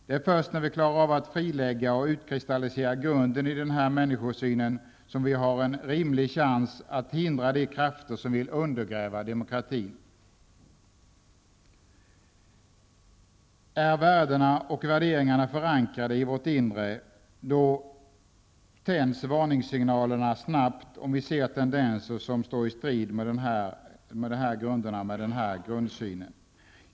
Det är först när vi klarar av att frilägga och utkristallisera grunden i denna människosyn som vi har en rimlig chans att hindra de krafter som vill undergräva demokratin. Är värdena och värderingarna förankrade i vårt inre tänds varningssignalerna snabbt om vi ser tendenser som står i strid med den här grundsynen.